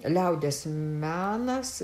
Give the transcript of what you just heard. liaudies menas